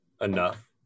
Enough